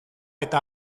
eta